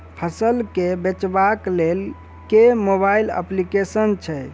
फसल केँ बेचबाक केँ लेल केँ मोबाइल अप्लिकेशन छैय?